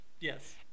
Yes